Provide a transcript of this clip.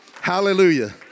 Hallelujah